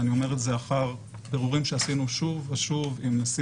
ואני אומר את זה לאחר בירורים שעשינו שוב ושוב עם נשיא